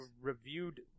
reviewed